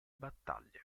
battaglie